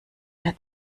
mehr